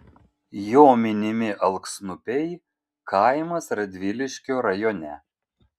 jo minimi alksniupiai kaimas radviliškio rajone